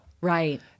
Right